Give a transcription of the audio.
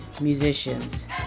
musicians